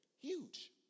Huge